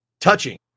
touching